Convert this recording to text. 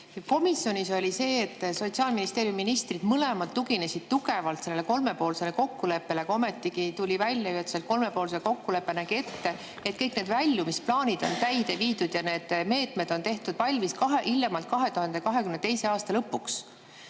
Komisjonis oli see, et Sotsiaalministeeriumi ministrid mõlemad tuginesid tugevalt sellele kolmepoolsele kokkuleppele, ometigi tuli välja, et kolmepoolne kokkulepe nägi ette, et kõik need väljumisplaanid on täide viidud ja need meetmed on tehtud valmis hiljemalt 2022. aasta lõpuks.